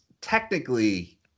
technically